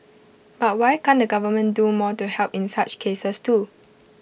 but why can't the government do more to help in such cases too